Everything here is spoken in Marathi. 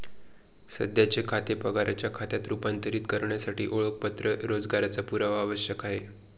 सध्याचे खाते पगाराच्या खात्यात रूपांतरित करण्यासाठी ओळखपत्र रोजगाराचा पुरावा आवश्यक आहे